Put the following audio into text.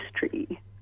history